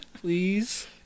Please